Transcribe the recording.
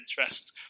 interest